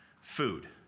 food